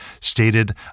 stated